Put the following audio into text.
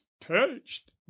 perched